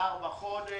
ל-24 חודשים.